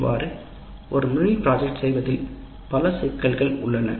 இவ்வாறு ஒரு மினி திட்டம்அமைப்பதில் பல சிக்கல்கள் உள்ளன